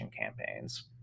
campaigns